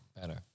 better